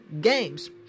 games